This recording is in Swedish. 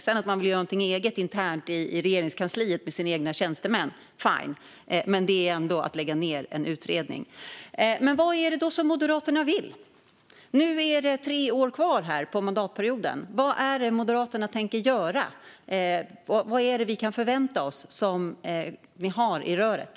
Att man sedan vill göra någonting eget, internt i Regeringskansliet med sina egna tjänstemän - fine. Men det är ändå att lägga ned en utredning. Vad är det Moderaterna vill? Nu är det tre år kvar av mandatperioden. Vad är det Moderaterna tänker göra? Vad kan vi förvänta oss? Vad finns i röret?